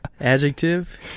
Adjective